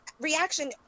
reaction